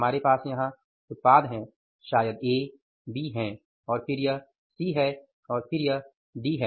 हमारे पास यहाँ उत्पाद हैं शायद ए बी हैं फिर यह सी है और फिर यह डी है